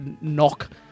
knock